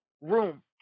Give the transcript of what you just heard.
room